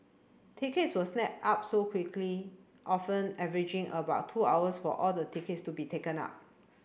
tickets were snapped up so quickly often averaging about two hours for all the tickets to be taken up